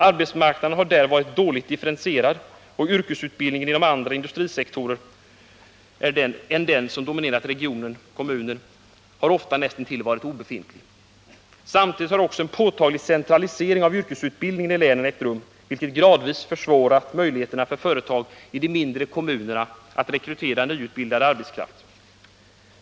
Arbetsmarknaden har där varit dåligt differentierad, och yrkesutbildningen inom andra industrisektorer än den som dominerat regionen/kommunen har ofta varit näst intill obefintlig. Samtidigt har också en påtaglig centralisering av yrkesutbildningen i länen ägt rum, vilken gradvis försvårat möjligheterna för företag i de mindre kommunerna att rekrytera nyutbildad arbetskraft.